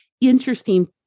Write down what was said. interesting